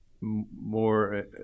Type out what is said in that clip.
more